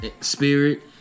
spirit